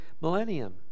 millennium